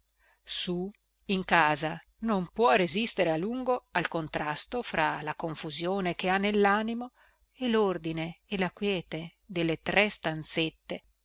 su in casa non può resistere a lungo al contrasto fra la confusione che ha nellanimo e lordine e la quiete delle tre stanzette